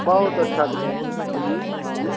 बहुत अच्छा आइए हाँ